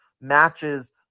matches